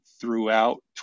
throughout